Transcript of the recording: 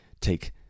take